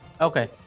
okay